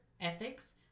ethics